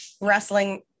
wrestling